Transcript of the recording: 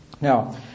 Now